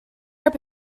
heb